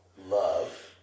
love